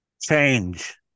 change